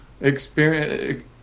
experience